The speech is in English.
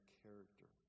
character